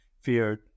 feared